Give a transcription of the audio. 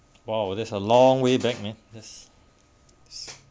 !wow! that's a long way back meh this this